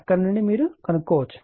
అక్కడ నుండి మీరు కనుగొనవచ్చు